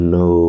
no